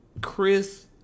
Chris